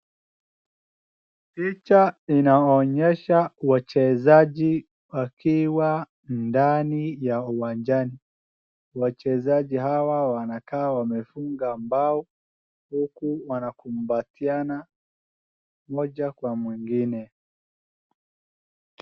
Picha inaonyesha wachezaji wakiwa ndani ya uwanjani, wachezaji hawa wanakaa wamefunga mbao, huku wanakumbatiana mmoja kwa mwingine,